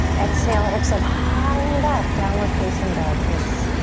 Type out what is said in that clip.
exhale, hips up high and back, downward facing dog, nice.